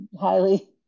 highly